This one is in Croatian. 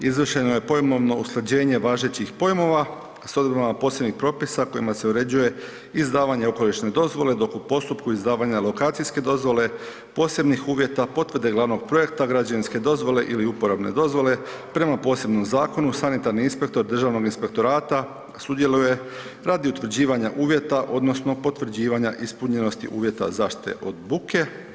Izvršeno je pojmovno usklađenje važećih pojmova s odredbama posebnih propisa kojima se uređuje izdavanje okolišne dozvole, dok u postupku izdavanja alokacijske dozvole, posebnih uvjeta, potvrde glavnog projekta, građevinske dozvole ili uporabne dozvole, prema posebnom zakonu sanitarni inspektor Državnog inspektorata sudjeluje radi utvrđivanja uvjeta odnosno potvrđivanja ispunjenosti uvjeta zaštite od buke.